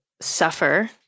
suffer